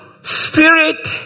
spirit